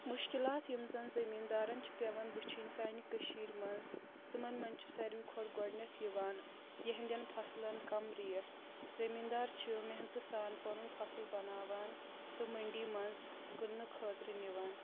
مُشکلات یم زن زٔمیٖدارن چھ پؠوان وٕچھِنۍ سانہِ کشیرِ منٛز تِمن چھ ساروے کھۄتہٕ گۄڈنؠتھ یوان فصلن کم ریٹ زٔمیٖدار چھِ محنتہٕ سان پنُن فصل بناوان تہٕ منڈی منٛز کٕننہٕ خٲطرٕ نوان